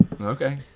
Okay